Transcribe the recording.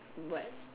but